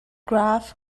graph